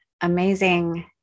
amazing